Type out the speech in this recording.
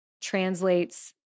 translates